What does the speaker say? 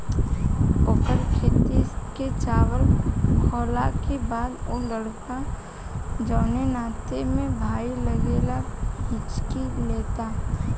ओकर खेत के चावल खैला के बाद उ लड़का जोन नाते में भाई लागेला हिच्की लेता